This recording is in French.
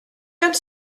comme